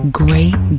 great